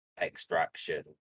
Extraction